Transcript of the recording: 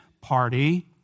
party